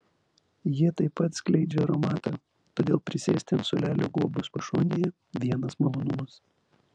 jie taip pat skleidžia aromatą todėl prisėsti ant suolelio guobos pašonėje vienas malonumas